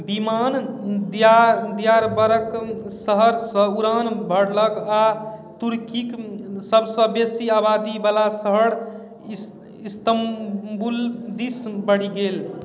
विमान दिया दियारबकर शहर सऽ उड़ान भरलक आ तुर्कीक सब सऽ बेसी आबादी बला शहर इस इस्तांबुल दिस बढ़ि गेल